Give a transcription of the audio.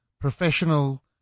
professional